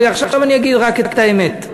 ועכשיו אני אגיד רק את האמת.